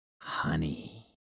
Honey